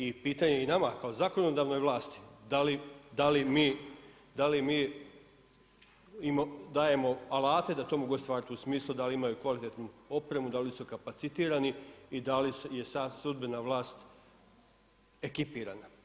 I pitanje i nama kao zakonodavnoj vlasti da li mi dajemo alate da to mogu ostvariti u smislu da li imaju kvalitetnu opremu, da li su kapacitirani i da li je sad sudbena vlast ekipirana.